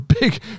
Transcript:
big